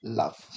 love